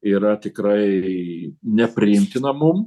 yra tikrai nepriimtina mum